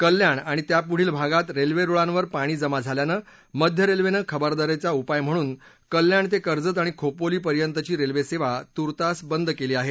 कल्याण आणि त्यापुढील भागात रेल्वेरुळांवर पाणी जमा झाल्यानं मध्य रेल्वेनं खबरदारीचा उपाय म्हणून कल्याण ते कर्जत आणि खोपोली पर्यंतची रेल्वेसेवा तूर्तास बंद केली आहे